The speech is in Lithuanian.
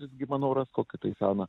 visgi manau ras kokią tai seną